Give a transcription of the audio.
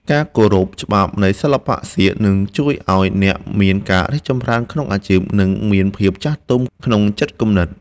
ការគោរពច្បាប់នៃសិល្បៈសៀកនឹងជួយឱ្យអ្នកមានការរីកចម្រើនក្នុងអាជីព និង មានភាពចាស់ទុំក្នុងចិត្តគំនិត។